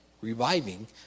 reviving